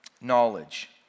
knowledge